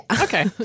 Okay